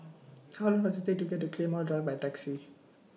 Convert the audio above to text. How Long Does IT Take to get to Claymore Drive By Taxi